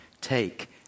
take